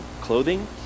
clothing